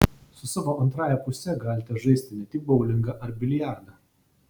su savo antrąja puse galite žaisti ne tik boulingą ar biliardą